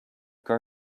grow